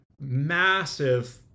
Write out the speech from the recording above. massive